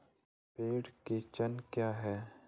पर्ण कुंचन क्या है?